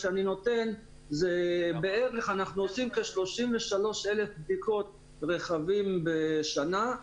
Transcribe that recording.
אנחנו עושים כ-33,000 בדיקות רכבים בשנה,